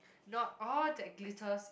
not all that glitters